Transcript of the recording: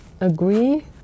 agree